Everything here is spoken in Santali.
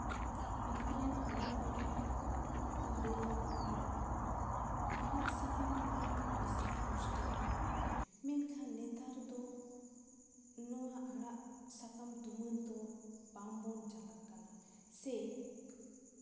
ᱟᱵᱚ ᱨᱮᱱ ᱦᱟᱲᱟᱢ ᱵᱩᱲᱦᱤ ᱞᱟᱹᱭᱟ ᱵᱟᱝᱢᱟ ᱟᱲᱟᱜ ᱥᱟᱠᱟᱢ ᱠᱷᱚᱱ ᱵᱤᱥᱤ ᱯᱩᱥᱴᱤ ᱧᱟᱢᱚᱜᱼᱟ ᱢᱮᱱᱠᱷᱟᱱ ᱱᱮᱛᱟᱨ ᱫᱚ ᱱᱚᱣᱟ ᱟᱲᱟᱜ ᱥᱟᱠᱟᱢ ᱛᱩᱢᱟᱹᱞ ᱫᱚ ᱵᱟᱝᱵᱚᱱ ᱪᱟᱞᱟᱜ ᱠᱟᱱᱟ ᱥᱮ